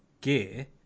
gear